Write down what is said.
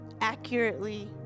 accurately